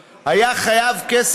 תודה רבה, גברתי